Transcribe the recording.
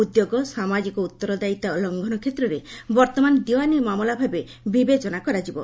ଉଦ୍ୟୋଗ ସାମାଜିକ ଉତ୍ତରଦାୟୀତା ଲଙ୍ଘନ କ୍ଷେତ୍ରରେ ବର୍ତ୍ତମାନ ଦିୱାନୀ ମାମଲା ଭାବେ ବିବେଚିନା କରାଯିବ